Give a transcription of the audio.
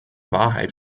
wahrheit